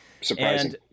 Surprising